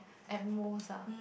at most ah